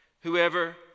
Whoever